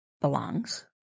belongs